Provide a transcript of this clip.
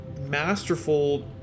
masterful